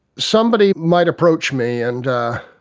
somebody might approach me and